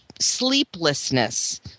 Sleeplessness